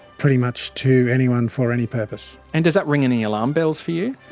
pretty much to anyone, for any purpose. and does that ring any alarm bells for you?